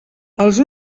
els